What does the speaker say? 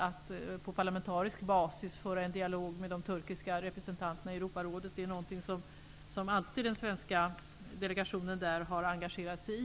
Att på parlamentarisk basis föra en dialog med de turkiska representanterna i Europarådet är också ett sätt att bidra. Det är någonting som den svenska delegationen där alltid har engagerat sig i.